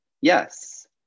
Yes